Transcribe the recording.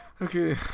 Okay